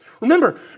Remember